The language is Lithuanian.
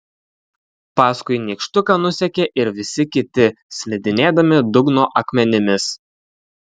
paskui nykštuką nusekė ir visi kiti slidinėdami dugno akmenimis